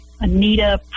Anita